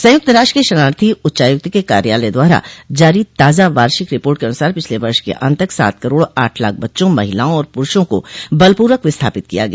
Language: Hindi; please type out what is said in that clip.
संयुक्त राष्ट्र के शरणार्थी उच्चायुक्त के कार्यालय द्वारा जारी ताजा वार्षिक रिपोर्ट के अनुसार पिछले वर्ष के अंत तक सात करोड़ आठ लाख बच्चों महिलाओं और पुरुषों को बल पूर्वक विस्थापित किया गया